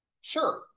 Sure